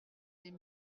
c’est